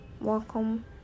welcome